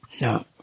No